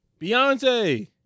Beyonce